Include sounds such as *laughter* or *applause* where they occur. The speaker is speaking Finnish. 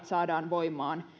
*unintelligible* saadaan voimaan